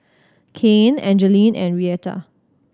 Cain Angeline and Reatha